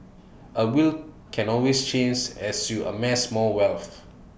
A will can always change as you amass more wealth